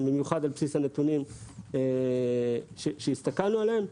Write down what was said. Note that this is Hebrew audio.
במיוחד בבסיס הנתונים שהסתכלנו עליהם,